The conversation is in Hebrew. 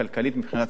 מבחינה צרכנית,